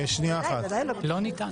לא ניתן.